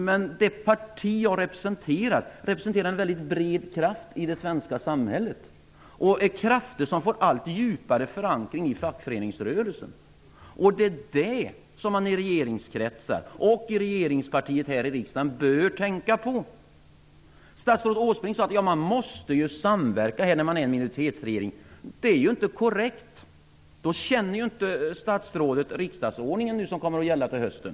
Men det parti som jag företräder representerar väldigt breda krafter i det svenska samhället - krafter som får allt djupare förankring i fackföreningsrörelsen. Det är det som man i regeringskretsar och i regeringspartiet här i riksdagen bör tänka på. Statsrådet Åsbrink sade att man måste ju samverka när man är en minoritetsregering. Det är ju inte korrekt. Då känner ju inte statsrådet den riksdagsordning som kommer att gälla till hösten.